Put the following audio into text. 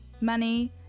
money